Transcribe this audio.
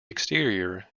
exterior